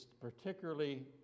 particularly